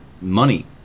money